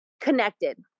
connected